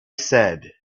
said